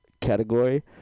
category